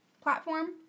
platform